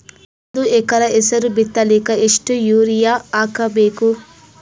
ಒಂದ್ ಎಕರ ಹೆಸರು ಬಿತ್ತಲಿಕ ಎಷ್ಟು ಯೂರಿಯ ಹಾಕಬೇಕು?